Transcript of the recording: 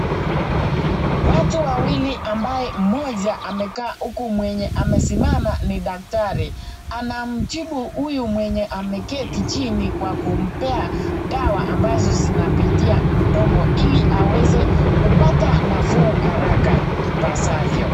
Watu wawili amabye mmoja amekaa huku mwenye amesimamama ni daktari, anamtibu huyu mwenye ameketi chini kwa kumpea dawa ambazo zinapitia mdomo illi aweze kupata nafuu haraka ipasavyo .